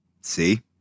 See